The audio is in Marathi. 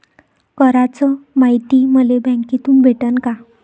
कराच मायती मले बँकेतून भेटन का?